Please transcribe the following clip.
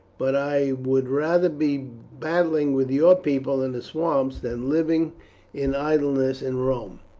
but i would rather be battling with your people in the swamps than living in idleness in rome.